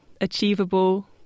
achievable